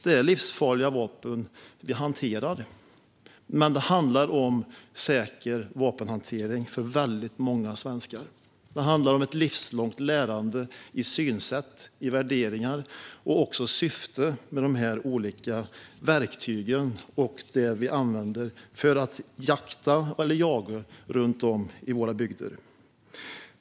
Det är livsfarliga vapen som vi hanterar, men det handlar om en säker vapenhantering för många svenskar. Det handlar om ett livslångt lärande när det gäller synsätt och värderingar och också syftet med de olika verktyg och det vi använder för att jakta eller jaga runt om i våra bygder.